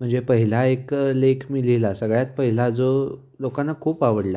म्हणजे पहिला एक लेख मी लिहिला सगळ्यात पहिला जो लोकांना खूप आवडला